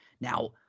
Now